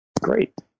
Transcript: Great